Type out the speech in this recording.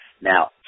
Now